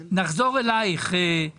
ואנחנו נחזור אלייך, גב'